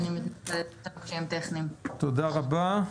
תודה רבה.